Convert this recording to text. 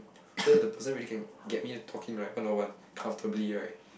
so if the person really can get me to talk him right one on one comfortably right